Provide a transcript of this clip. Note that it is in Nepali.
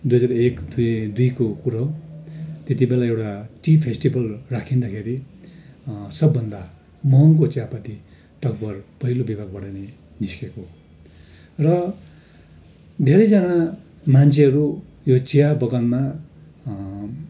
दुई हजार एक दुई दुईको कुरो हो त्यति बेला एउटा टी फेस्टिभल राखिँदाखेरि सबभन्दा महँगो चियापत्ती टकभर पहिलो विभागबाट नै निस्केको हो र धेरैजाना मान्छेहरू यो चिया बगानमा